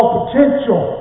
potential